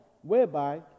whereby